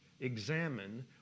examine